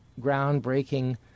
groundbreaking